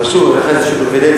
אבל שוב, לך יש פריווילגיה,